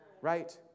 Right